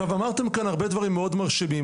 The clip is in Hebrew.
אמרתם כאן הרבה דברים מאוד מרשימים,